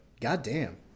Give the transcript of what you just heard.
goddamn